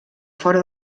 fora